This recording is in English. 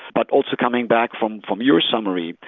but also coming back from from your summary,